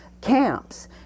camps